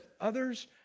others